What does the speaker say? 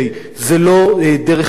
זו לא דרך ראויה.